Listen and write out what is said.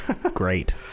great